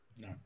No